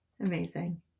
Amazing